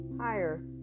higher